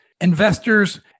investors